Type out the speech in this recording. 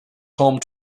home